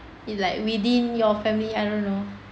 you like within your family I don't know